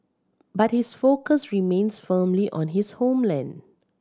but his focus remains firmly on his homeland